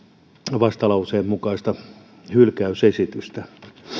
vastalauseen mukaista hylkäysesitystä